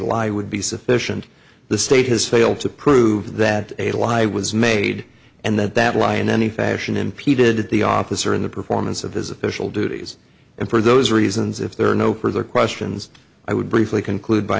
lie would be sufficient the state has failed to prove that a lie was made and that that lie in any fashion impeded the officer in the performance of his official duties and for those reasons if there are no further questions i would briefly conclude by